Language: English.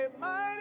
mighty